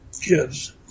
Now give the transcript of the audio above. kids